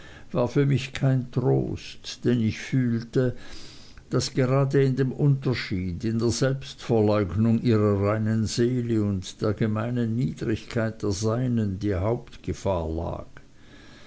war für mich kein trost denn ich fühlte daß gerade in dem unterschied in der selbstverleugnung ihrer reinen seele und der gemeinen niedrigkeit der seinen die hauptgefahr lag